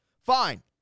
Fine